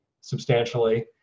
substantially